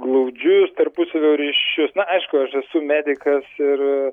glaudžius tarpusavio ryšius na aišku aš esu medikas ir